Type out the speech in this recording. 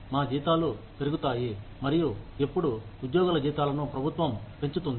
మా జీతాలు పెరుగుతాయి మరియు ఎప్పుడు ఉద్యోగుల జీతాలను ప్రభుత్వం పెంచుతుంది